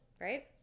right